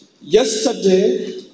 Yesterday